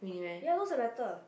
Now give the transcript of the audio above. ya nose is better